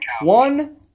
one